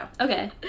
Okay